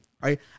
right